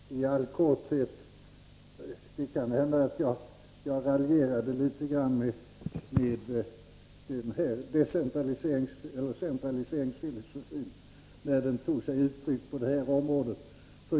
Fru talman! I all korthet vill jag säga att det kan hända att jag raljerade litet grand med decentraliserings—centraliserings-filosofin, när den tog sig uttryck på det här området.